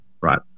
Right